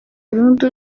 burundi